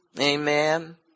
Amen